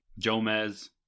Jomez